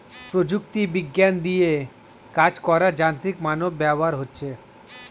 প্রযুক্তি বিজ্ঞান দিয়ে কাজ করার যান্ত্রিক মানব ব্যবহার হচ্ছে